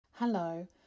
Hello